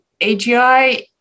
AGI